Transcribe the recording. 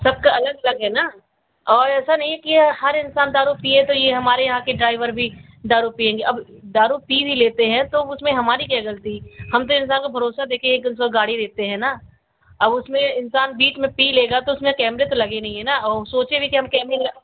सबका अलग अलग है ना और ऐसा नहीं है कि हर इंसान दारू पिए तो ये हमारे यहाँ के ड्राइवर भी दारू पिएंगे अब दारू पी भी लेते हैं तो उसमें हमारी क्या गलती हम तो इंसान को भरोसा देके एक गाड़ी देते हैं ना अब उसमें इंसान बीच में पी लेगा तो उसमें केमरे तो लगे नहीं है ना सोचे भी हम केमरे